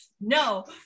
No